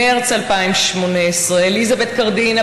מרס 2018: אליזבת קרדונה,